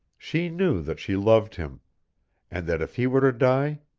she knew that she loved him and that if he were to die,